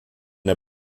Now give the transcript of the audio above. der